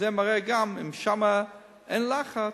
אם שם אין לחץ,